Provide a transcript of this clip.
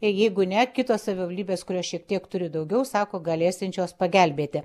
jeigu ne kitos savivaldybės kurios šiek tiek turi daugiau sako galėsiančios pagelbėti